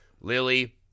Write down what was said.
Lily